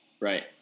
Right